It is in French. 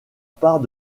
part